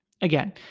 Again